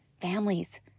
families